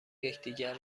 یکدیگر